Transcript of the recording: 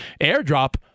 airdrop